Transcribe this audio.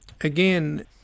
again